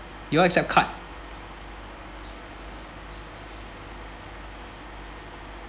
you all accept card